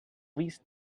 least